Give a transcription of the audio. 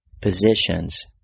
positions